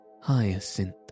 hyacinth